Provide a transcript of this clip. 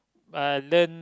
uh learn